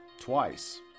twice